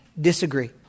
disagree